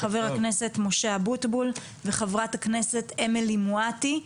ח"כ משה אבוטבול וח"כ אמילי מואטי.